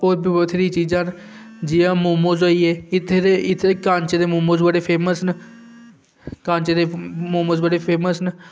होर बी दो त्रै चीजां न जि'यां मोमोज होई गे इत्थै ते इत्थै कांचे दे मोमोज बड़े फेमस न कांचे दे मोमोज बड़े फेमस न